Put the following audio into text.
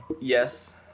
Yes